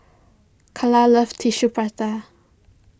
Kala loves Tissue Prata